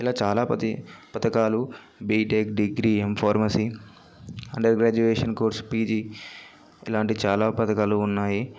ఇలా చాలా ప్రతీ పథకాలు BTech degree M pharmacy under graduation course PG ఇలాంటి చాలా పథకాలు ఉన్నాయి